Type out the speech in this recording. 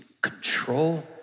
control